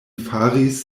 faris